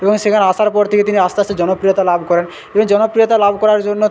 এবং সেখানে আসার পর থেকে তিনি আস্তে আস্তে জনপ্রিয়তা লাভ করেন এবং জনপ্রিয়তা লাভ করার জন্য